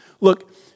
Look